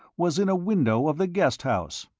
was in a window of the guest house.